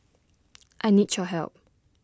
I need your help